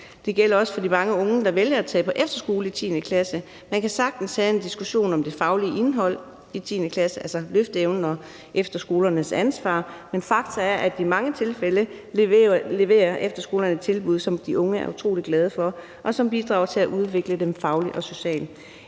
Det gælder også for de mange unge, der vælger at tage på efterskole i 10. klasse. Man kan sagtens have en diskussion om det faglige indhold i 10. klasse, løfteevnen og efterskolernes ansvar. Men faktum er, at i mange tilfælde leverer efterskolerne et tilbud, som de unge er utrolig glade for, og som bidrager til at udvikle dem fagligt og socialt.